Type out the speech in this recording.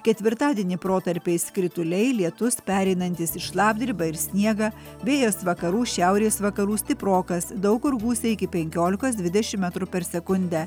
ketvirtadienį protarpiais krituliai lietus pereinantis į šlapdribą ir sniegą vėjas vakarų šiaurės vakarų stiprokas daug kur gūsiai iki penkiolikos dvidešim metrų per sekundę